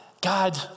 God